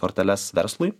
korteles verslui